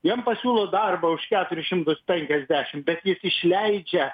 jam pasiūlo darbą už keturis šimtus penkiasdešim bet jis išleidžia